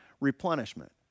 replenishment